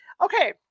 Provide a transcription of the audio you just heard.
Okay